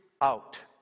out